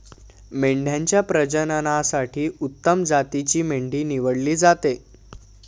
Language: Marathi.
मेंढ्यांच्या प्रजननासाठी उत्तम जातीची मेंढी निवडली जाते